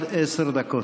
לא.